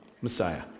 Messiah